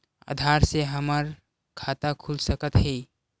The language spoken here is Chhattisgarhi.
आधार से हमर खाता खुल सकत हे?